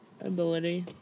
ability